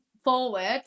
forward